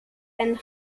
ein